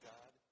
God